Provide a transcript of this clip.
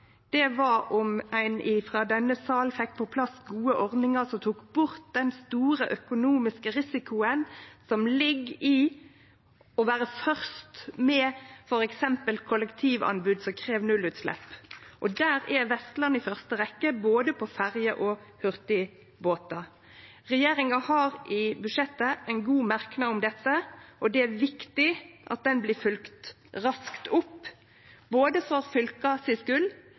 var om ein frå denne salen fekk på plass gode ordningar som tok bort den store økonomiske risikoen som ligg i å vere først med f.eks. kollektivanbod som krev nullutslepp. Der er Vestland i første rekkje, på både ferjer og hurtigbåtar. Regjeringa har i budsjettet ein god merknad om dette, og det er viktig at han blir følgd raskt opp – for fylka si skuld,